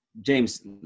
James